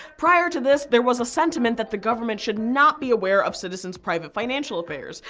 prior to this, there was a sentiment that the government should not be aware of citizens' private financial affairs,